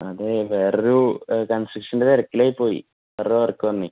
അതേ വേറൊരു കൺസ്ട്രഷന്റെ തിരക്കിൽ ആയിപ്പോയി അപ്പോഴാണ് വർക്ക് വന്നത്